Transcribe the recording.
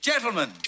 Gentlemen